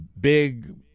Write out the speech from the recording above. big